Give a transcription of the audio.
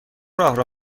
راهرو